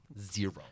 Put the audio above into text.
Zero